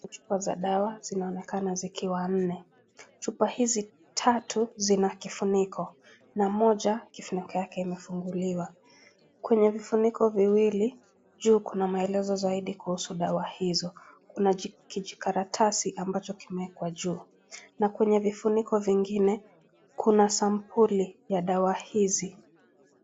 Chupa za dawa zinaonekana zikiwa nne. Chupa hizi tatu zina kifuniko, na moja kifuniko yake imefunguliwa. Kwenye vifuniko viwili juu kuna maelezo zaidi kuhusu dawa hizo, kuna kijikaratasi ambacho kimewekwa juu. Na kwenye vifuniko vingine kuna sampuli ya dawa hizi.